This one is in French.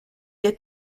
est